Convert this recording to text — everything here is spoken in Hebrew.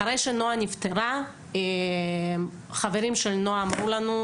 אחרי שנועה נפטרה חברים של נועה אמרו לנו,